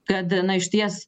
kad na išties